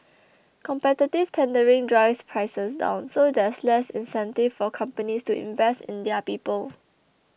competitive tendering drives prices down so there's less incentive for companies to invest in their people